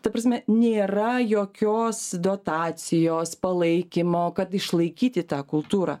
ta prasme nėra jokios dotacijos palaikymo kad išlaikyti tą kultūrą